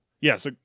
Yes